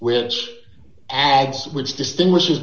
which adds which distinguishes